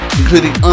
including